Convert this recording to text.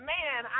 Man